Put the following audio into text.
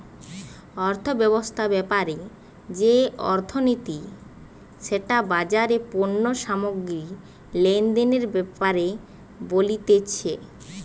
অর্থব্যবস্থা ব্যাপারে যে অর্থনীতি সেটা বাজারে পণ্য সামগ্রী লেনদেনের ব্যাপারে বলতিছে